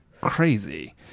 crazy